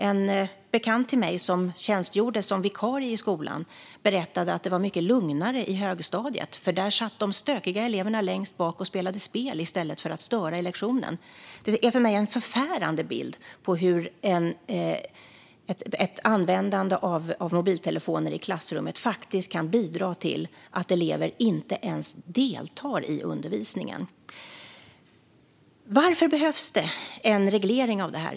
En bekant till mig som tjänstgjorde som vikarie i skolan berättade att det var mycket lugnare i högstadiet eftersom de stökiga eleverna satt längst bak och spelade spel i stället för att störa lektionen. Det är för mig en förfärande bild av hur ett användande av mobiltelefoner i klassrummet faktiskt kan bidra till att elever inte ens deltar i undervisningen. Varför behövs en reglering?